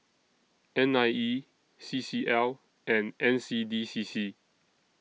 N I E C C L and N C D C C